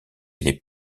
les